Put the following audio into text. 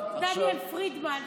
דניאל פרידמן,